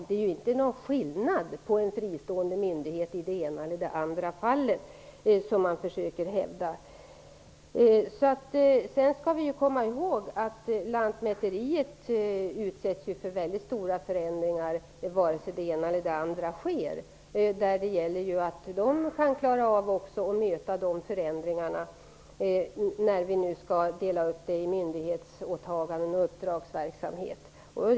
Det är ingen skillnad på en fristående myndighet i det ena eller det andra fallet, vilket man försöker hävda. Vi skall komma ihåg att Lantmäteriverket utsätts för stora förändringar, oavsett om det ena eller det andra sker. Det gäller då att de kan klara av att möta förändringarna, när vi nu skall dela upp myndighetsåtaganden och uppdragsverksamhet.